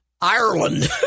Ireland